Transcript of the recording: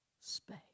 space